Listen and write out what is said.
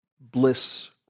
bliss